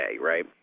right